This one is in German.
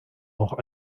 auch